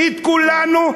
את כולנו,